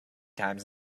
times